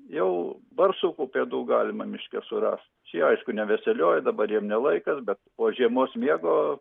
jau barsuko pėdų galima miške surast šie aišku neveselioja dabar jiem ne laikas bet o žiemos miego